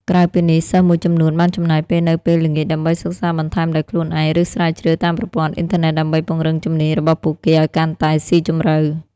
ក្រៅពីនេះ សិស្សមួយចំនួនបានចំណាយពេលនៅពេលល្ងាចដើម្បីសិក្សាបន្ថែមដោយខ្លួនឯង ឬស្រាវជ្រាវតាមប្រព័ន្ធអ៊ីនធឺណិតដើម្បីពង្រឹងជំនាញរបស់ពួកគេឱ្យកាន់តែស៊ីជម្រៅ។